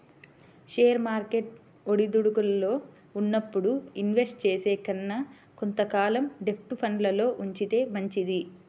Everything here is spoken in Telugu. షేర్ మార్కెట్ ఒడిదుడుకుల్లో ఉన్నప్పుడు ఇన్వెస్ట్ చేసే కన్నా కొంత కాలం డెబ్ట్ ఫండ్లల్లో ఉంచితే మంచిది